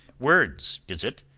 words, is it?